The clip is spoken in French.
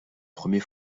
premier